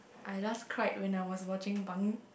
I last cried when I was watching Bang